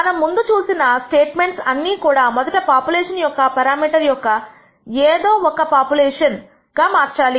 మనం ముందు చూసిన స్టేట్మెంట్స్ అన్నీ కూడా మొదట పాపులేషన్ యొక్క పెరామీటర్ యొక్క ఏదో ఒక పాపులేషన్ గా మార్చాలి